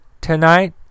Tonight